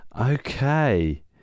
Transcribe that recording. Okay